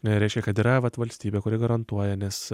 reiškia kad yra vat valstybė kuri garantuoja nes